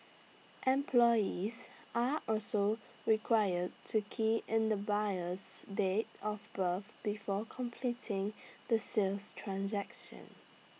employees are also required to key in the buyer's date of birth before completing the sales transaction